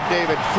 David